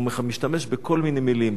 הוא משתמש בכל מיני מלים,